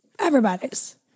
Everybody's